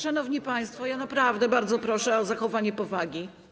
Szanowni państwo, ja naprawdę bardzo proszę o zachowanie powagi.